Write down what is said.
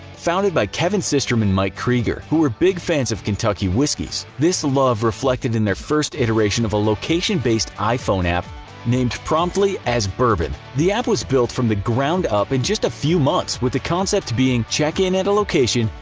founded by kevin systrom and mike krieger who were big fans of kentucky whiskeys. this love reflected in their first iteration of a location-based iphone app name promptly as burbn. the app was built from the ground up in just a few months with the concept being check-in at a location,